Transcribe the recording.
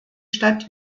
stadt